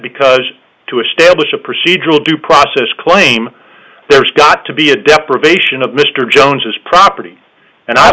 because to establish a procedural due process claim there's got to be a deprivation of mr jones as property and i